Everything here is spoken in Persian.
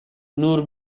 نور